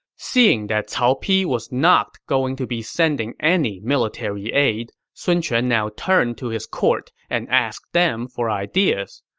seeing that cao pi was not going to be sending any military aid, sun quan now turned to his court and asked them for ideas.